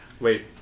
Wait